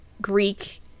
greek